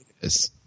Yes